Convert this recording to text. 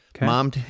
Mom